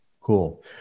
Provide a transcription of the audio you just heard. cool